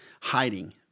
hiding